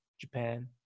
Japan